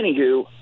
anywho